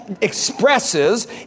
expresses